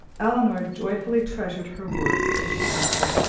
elinor joyfully treasured her words as she answered,